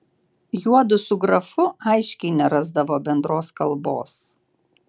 juodu su grafu aiškiai nerasdavo bendros kalbos